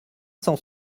cent